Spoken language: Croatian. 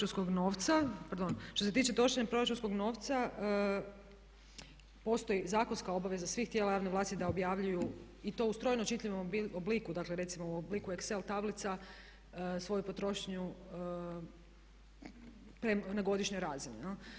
Dakle što se tiče trošenja proračunskog novca postoji zakonska obaveza svih tijela javne vlasti da objavljuju i to u strojno čitljivom obliku, dakle recimo u obliku excel tablica svoju potrošnju na godišnjoj razini.